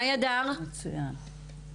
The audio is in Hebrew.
מאי הדר, שלום.